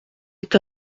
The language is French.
est